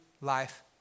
life